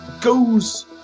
goes